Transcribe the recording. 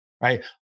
right